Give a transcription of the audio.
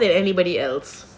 more than anybody else